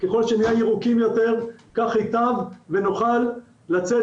ככל שנהיה ירוקים יותר כך ייטב ונוכל לצאת